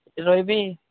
ସେଠି ରହିବି